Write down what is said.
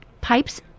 pipes